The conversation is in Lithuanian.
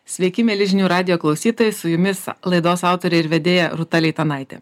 sveiki mieli žinių radijo klausytojai su jumis laidos autorė ir vedėja rūta leitanaitė